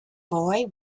boy